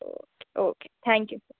okay okay thank you sir